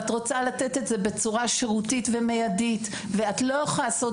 את רוצה לתת את זה בצורה שירותית ומיידית ואת לא יכולה לעשות